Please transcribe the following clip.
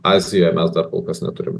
azijoje mes dar kol kas neturime